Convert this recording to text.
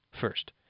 First